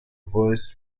voice